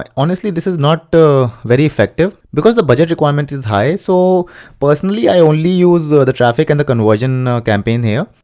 ah honestly this is not that very effective. because the budget requirement is high, so personally i only use the the traffic and the conversion campaign here.